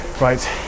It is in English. Right